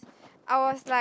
I was like